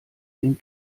den